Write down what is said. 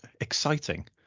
Exciting